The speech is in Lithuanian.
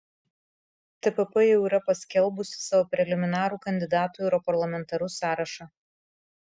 tpp jau yra paskelbusi savo preliminarų kandidatų į europarlamentarus sąrašą